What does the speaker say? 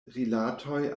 rilatoj